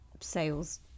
sales